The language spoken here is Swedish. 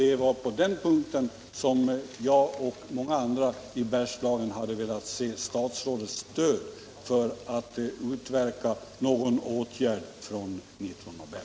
Det var på den här punkten som jag och många andra i Bergslagen hade velat se statsrådets stöd för att utverka någon åtgärd från Nitro Nobel.